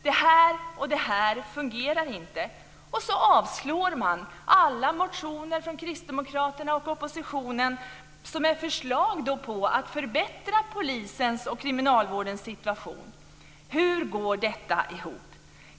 Det här och det här fungerar inte. Så avstyrks alla motioner från kristdemokraterna och oppositionen som innehåller förslag på förbättringar av polisens och kriminalvårdens situation. Hur går detta ihop?